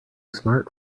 smart